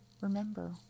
Remember